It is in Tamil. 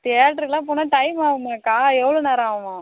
தேட்டருக்குலாம் போனால் டைம் ஆகுமேக்கா எவ்வளோ நேரம் ஆகும்